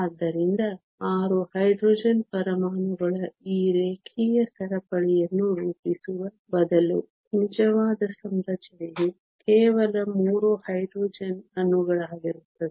ಆದ್ದರಿಂದ 6 ಹೈಡ್ರೋಜನ್ ಪರಮಾಣುಗಳ ಈ ರೇಖೀಯ ಸರಪಳಿಯನ್ನು ರೂಪಿಸುವ ಬದಲು ನಿಜವಾದ ಸಂರಚನೆಯು ಕೇವಲ 3 ಹೈಡ್ರೋಜನ್ ಅಣುಗಳಾಗಿರುತ್ತದೆ